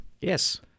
Yes